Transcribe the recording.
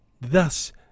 thus